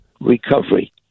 recovery